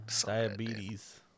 Diabetes